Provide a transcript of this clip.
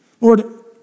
Lord